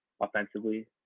offensively